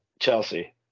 Chelsea